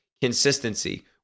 consistency